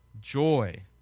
joy